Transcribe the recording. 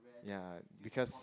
ya because